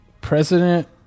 president